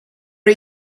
are